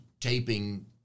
taping